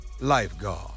Lifeguard